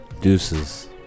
Deuces